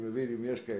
אם יש כאלה.